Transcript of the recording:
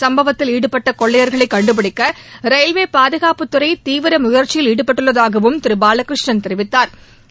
சம்பவத்தில் ஈடுபட்ட கொள்ளையா்களை கண்டுபிடிக்க ரயில்வே பாதுகாப்புத்துறை தீவிர முயற்சியில் ஈடுபட்டுள்ளதாகவும் திரு பாலகிருஷ்ணன் தெரிவித்தாா்